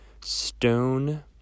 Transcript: stone